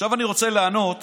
עכשיו אני רוצה לענות